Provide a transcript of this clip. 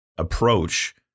approach